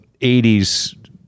80s